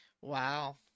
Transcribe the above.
Wow